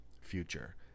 future